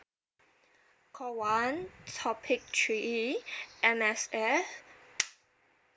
call one topic three M_S_F